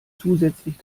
zusätzlich